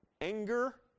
anger